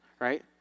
right